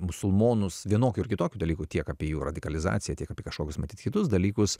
musulmonus vienokių ar kitokių dalykų tiek apie jų radikalizaciją tiek apie kažkoks matyt kitus dalykus